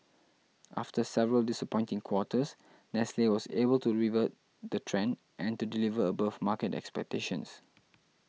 after several disappointing quarters Nestle was able to revert the trend and to deliver above market expectations